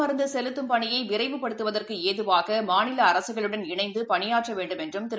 மருந்துசெலுத்தும் பணியைவிரைவுப்படுத்துவதற்குஏதுவாகமாநிலஅரசுகளுடன் தடுப்பு இணைந்துபணியாற்றவேண்டும் என்றும் திரு